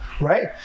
right